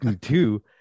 Two